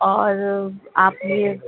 اور آپ یہ